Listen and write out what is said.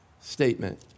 statement